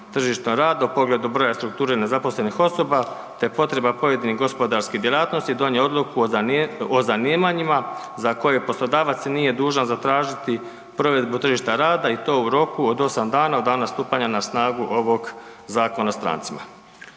tržištu rada o pogledu broja strukture nezaposlenih osoba te potreba pojedinih gospodarskih djelatnosti donio odluku o zanimanjima za koje poslodavac nije dužan zatražiti provedbu tržišta rada i to u roku od osam dana od dana stupanja na snagu ovog Zakona o strancima.